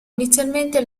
inizialmente